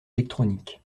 électronique